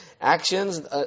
actions